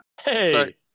Hey